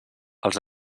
els